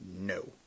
No